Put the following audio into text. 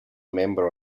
member